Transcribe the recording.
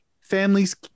Families